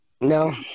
No